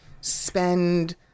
spend—